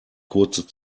kurze